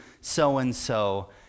so-and-so